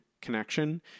connection